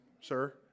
sir